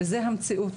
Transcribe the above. וזו המציאות.